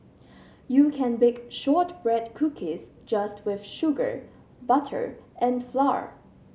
you can bake shortbread cookies just with sugar butter and flour